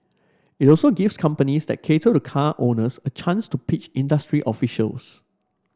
it also gives companies that cater to the car owners a chance to pitch industry officials